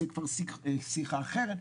זה כבר שיחה אחרת,